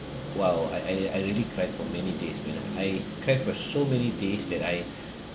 !wow! I I I really cried for many days man I cried for so many days that I